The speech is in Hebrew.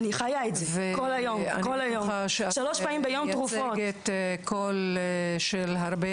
אני בטוחה שאת מייצגת את קולן של הרבה